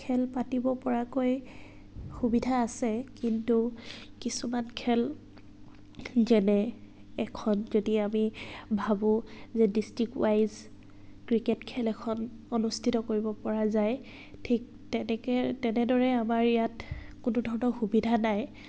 খেল পাতিব পৰাকৈ সুবিধা আছে কিন্তু কিছুমান খেল যেনে এখন যদি আমি ভাবোঁ যে ডিষ্ট্ৰিক ৱাইজ ক্ৰিকেট খেল এখন অনুষ্ঠিত কৰিব পৰা যায় ঠিক তেনেকৈ তেনেদৰে আমাৰ ইয়াত কোনো ধৰণৰ সুবিধা নাই